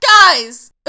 Guys